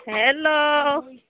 hello